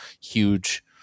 huge